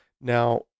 Now